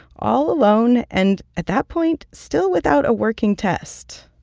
all alone and at that point still without a working test.